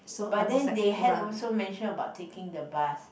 but then they had also mention about taking the bus